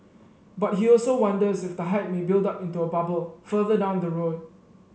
but he also wonders if the hype may build up into a bubble further down the road